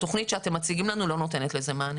התכנית שאתם מציגים לנו לא נותנת לזה מענה.